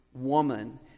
woman